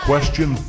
Question